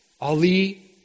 Ali